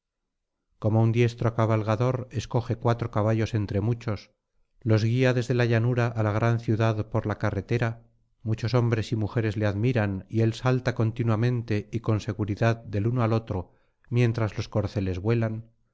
como un diestro cabalgador escoge cuatro caballos entre muchos los guía desde la llanura á la gran ciudad por la carretera muchos hombres y mujeres le admiran y él salta continuamente y con seguridad del uno al otro mientras los corceles vuelan